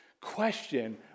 question